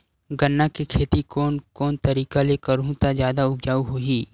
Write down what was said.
गन्ना के खेती कोन कोन तरीका ले करहु त जादा उपजाऊ होही?